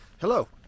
Hello